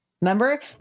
Remember